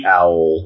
owl